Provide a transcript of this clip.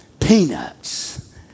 peanuts